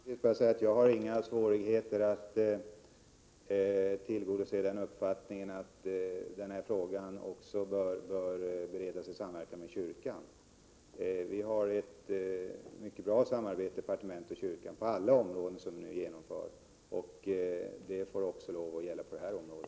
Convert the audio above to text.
3 mars 1988 Herr talman! Jag har inga svårigheter att tillgodose uppfattningen att Am Ta, a -— denna fråga bör beredas i samverkan med kyrkan. Vi har ett mycket bra samarbete mellan departement och kyrka på alla områden som nu är aktuella, och det får också gälla på detta område.